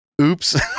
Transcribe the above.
Oops